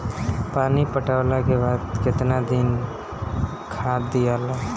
पानी पटवला के बाद केतना दिन खाद दियाला?